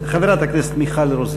חברת הכנסת מיכל רוזין.